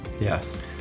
Yes